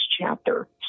chapter